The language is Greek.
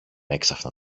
έξαφνα